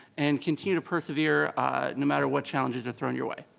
and continue to persevere no matter what challenges are thrown your way,